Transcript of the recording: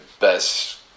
best